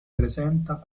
presenta